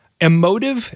emotive